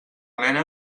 nena